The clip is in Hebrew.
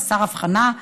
חסר הבחנה,